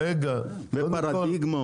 רגע, רגע.